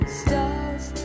stars